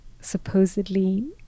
supposedly